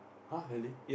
!huh! really